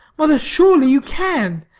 mother, surely you can.